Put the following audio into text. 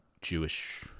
Jewish